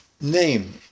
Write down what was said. Name